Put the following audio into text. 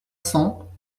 cents